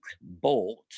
bought